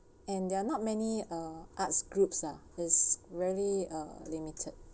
and there are not many uh arts groups lah is really uh limited